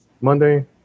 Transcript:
Monday